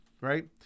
right